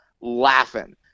laughing